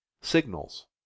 signals